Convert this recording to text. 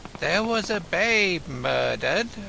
there was a babe murdered.